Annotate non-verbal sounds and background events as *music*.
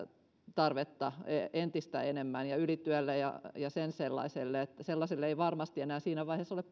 tarvetta entistä enemmän ja ylityölle ja sen sellaiselle sellaiseen ei varmasti enää siinä vaiheessa ole *unintelligible*